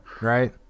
right